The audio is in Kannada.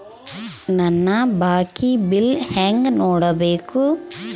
ನನ್ನ ಬಾಕಿ ಬಿಲ್ ಹೆಂಗ ನೋಡ್ಬೇಕು?